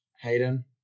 Hayden